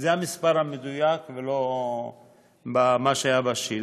זה המספר המדויק, ולא מה שהיה בשאילתה.